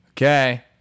Okay